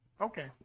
Okay